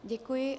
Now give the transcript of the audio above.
Děkuji.